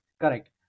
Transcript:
Correct